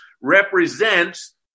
represents